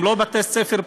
הם לא בתי-ספר פרטיים,